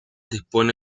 dispone